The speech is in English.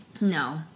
No